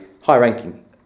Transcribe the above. high-ranking